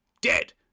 dead